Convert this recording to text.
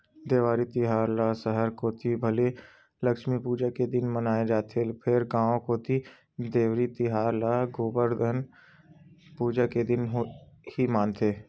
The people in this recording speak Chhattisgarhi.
देवारी तिहार ल सहर कोती भले लक्छमी पूजा के दिन माने जाथे फेर गांव कोती देवारी तिहार ल गोबरधन पूजा के दिन ही मानथे